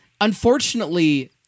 unfortunately